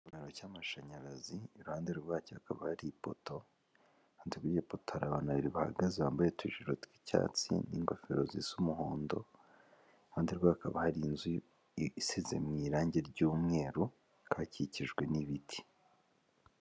Ikiraro cy'amashanyarazi iruhande rwacyo hakaba hari ipoto, iruhande rw'iryo poto hari abantu babiri bahagaze bambaye utujire tw'icyatsi n'ingofero zisa umuhondo, iruhande rwe hakaba hari inzu isize mu irangi ry'umweru hakaba hakikijwe n'ibiti.